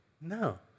No